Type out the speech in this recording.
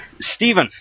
Stephen